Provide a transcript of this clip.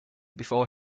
before